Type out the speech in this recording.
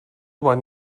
van